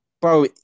bro